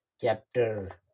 chapter